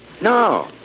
No